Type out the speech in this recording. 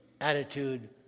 attitude